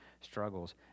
struggles